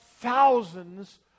thousands